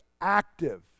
active